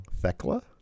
Thecla